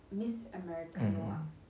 mm